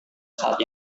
saat